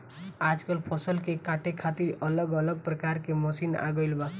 आजकल फसल के काटे खातिर अलग अलग प्रकार के मशीन आ गईल बा